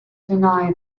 deny